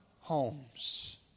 homes